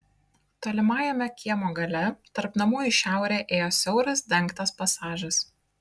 tolimajame kiemo gale tarp namų į šiaurę ėjo siauras dengtas pasažas